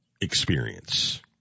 experience